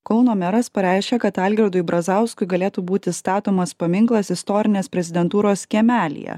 kauno meras pareiškė kad algirdui brazauskui galėtų būti statomas paminklas istorinės prezidentūros kiemelyje